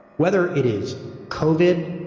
whether it is covid,